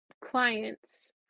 clients